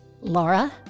Laura